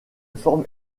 forme